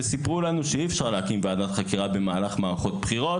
וסיפרו לנו שאי אפשר להקים ועדת חקירה במהלך מערכות בחירות.